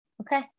Okay